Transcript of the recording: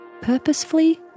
Purposefully